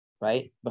right